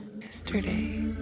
Yesterday